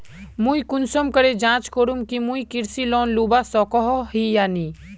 मुई कुंसम करे जाँच करूम की मुई कृषि लोन लुबा सकोहो ही या नी?